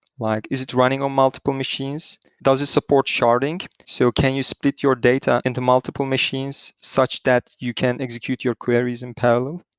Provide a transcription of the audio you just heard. like is it running on multiple machines? does it support sharding? so can you split your data into multiple machines such that you can execute your queries in parallel?